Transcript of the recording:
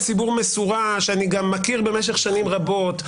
ציבור מסורה שאני גם מכיר במשך שנים רבות,